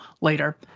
later